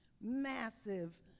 massive